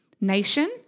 nation